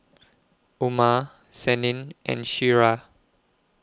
Umar Senin and Syirah